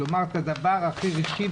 כלומר הדבר הכי רגשי,